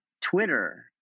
Twitter